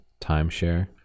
timeshare